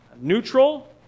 neutral